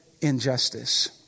injustice